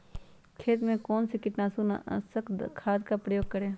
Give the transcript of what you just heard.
खेत में कौन से कीटाणु नाशक खाद का प्रयोग करें?